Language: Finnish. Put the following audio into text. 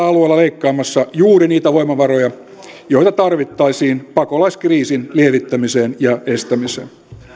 alueella leikkaamassa juuri niitä voimavaroja joita tarvittaisiin pakolaiskriisin lievittämiseen ja estämiseen